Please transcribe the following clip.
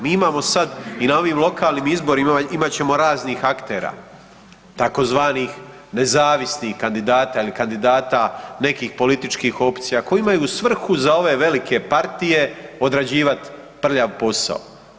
Mi imamo sad i na ovim lokalnim izborima, imat ćemo raznih aktera, tzv. nezavisnih kandidata ili kandidata nekih političkih opcija koje imaju svrhu za ove velike partije odrađivat prljav posao.